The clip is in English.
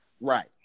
Right